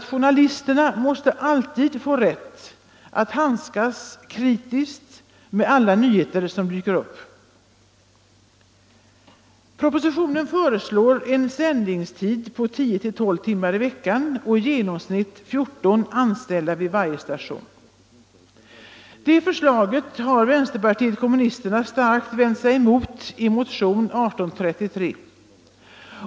Journalisterna måste alltid få rätt att handskas kritiskt med alla nyheter som dyker upp. Propositionen föreslår en sändningstid på 10-15 timmar i veckan och i genomsnitt 14 anställda vid varje station. Det förslaget har vänsterpartiet kommunisterna starkt vänt sig mot i motionen 1833.